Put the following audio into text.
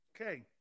Okay